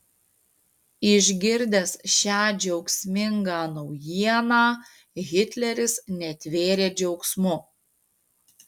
išgirdęs šią džiaugsmingą naujieną hitleris netvėrė džiaugsmu